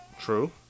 True